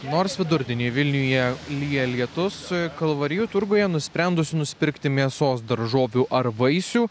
nors vidurdienį vilniuje lyja lietus kalvarijų turguje nusprendusių nusipirkti mėsos daržovių ar vaisių